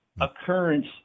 occurrence